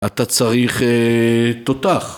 אתה צריך אההה תותח